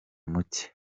muke